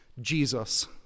Jesus